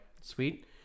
sweet